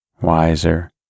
wiser